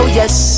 yes